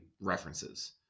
references